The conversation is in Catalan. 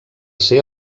ser